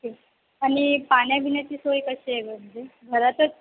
okay आणि पाण्याबिण्याची सोय कशी आहे म्हणजे घरातच